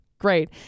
Great